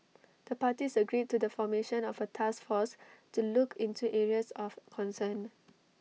the parties agreed to the formation of A task force to look into areas of concern